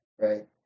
right